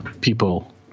people